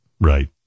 Right